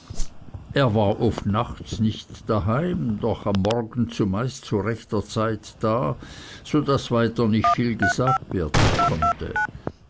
er war oft nachts nicht da heim doch am morgen zumeist zu rechter zeit da so daß weiter nicht viel gesagt werden konnte